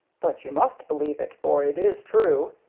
but you must believe it, for it is true,